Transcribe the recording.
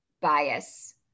bias